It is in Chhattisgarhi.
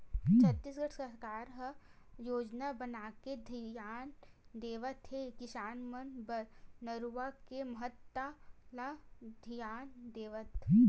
छत्तीसगढ़ सरकार ह योजना बनाके धियान देवत हे किसान मन बर नरूवा के महत्ता ल धियान देवत